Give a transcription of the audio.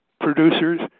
producers